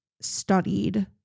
studied